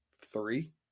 Three